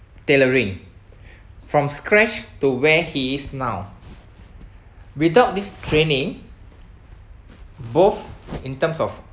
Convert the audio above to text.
tailoring from scratch to where he is now without this training both in terms of